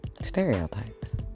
stereotypes